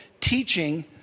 teaching